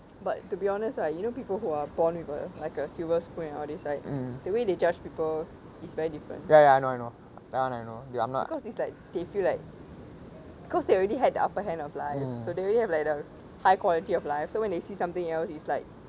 but to be honest right you know people who are born with a like a silver spoon and all these right the way they judge people it's very different cause it's like they feel like cause they already had the upper hand of life so they already have the high quality of life so when they see something else it's like